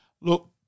Look